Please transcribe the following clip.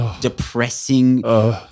depressing